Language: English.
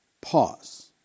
pause